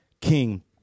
king